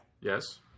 Yes